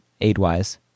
aid-wise